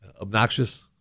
Obnoxious